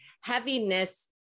heaviness